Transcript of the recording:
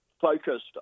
focused